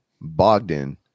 Bogdan